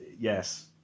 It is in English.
yes